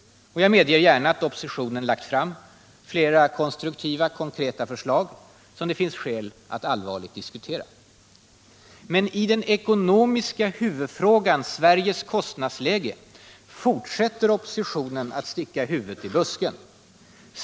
Jag medger gärna att oppositionen lagt fram flera konstruktiva, konkreta förslag som det finns skäl att allvarligt diskutera. Men i den ekonomiska huvudfrågan — Sveriges kostnadsläge — fortsätter oppositionen att sticka huvudet i busken.